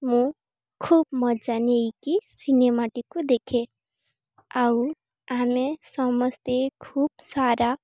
ମୁଁ ଖୁବ୍ ମଜା ନେଇକି ସିନେମାଟିକୁ ଦେଖେ ଆଉ ଆମେ ସମସ୍ତେ ଖୁବ୍ ସାରା